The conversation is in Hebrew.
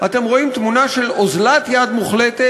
אתם רואים תמונה של אוזלת יד מוחלטת,